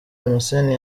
damascène